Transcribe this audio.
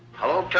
hello, tony.